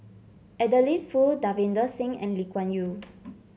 Adeline Foo Davinder Singh and Lee Kuan Yew